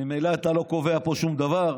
ממילא אתה לא קובע פה שום דבר,